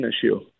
issue